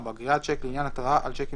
4. גריעת שיק לעניין התראה על שיקים